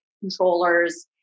controllers